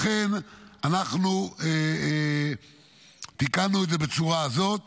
אנחנו תיקנו את זה בצורה כזאת